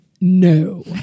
No